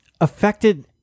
affected